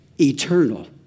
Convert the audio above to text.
eternal